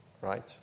right